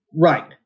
Right